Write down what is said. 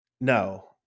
No